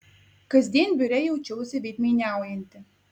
kasdien biure jaučiausi veidmainiaujanti